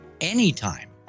anytime